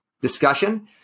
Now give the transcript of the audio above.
discussion